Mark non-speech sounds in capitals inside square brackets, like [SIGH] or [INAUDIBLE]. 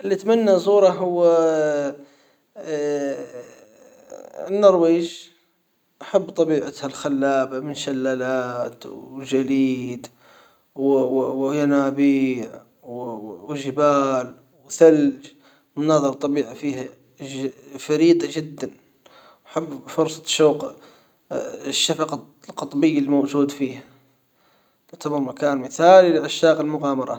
اللي أتمنى أزوره هو [HESITATION] النرويج احب طبيعتها الخلابة من شلالات وجليد و [HESITATION] ينابيع و [HESITATION] جبال وثلج ومناظر طبيعة فيها [HESITATION] فريدة جدًا وأحب فرصة [HESITATION] الشفق القطبي الموجود فيها يعتبر مكان مثالي لعشاق المغامرة.